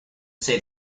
say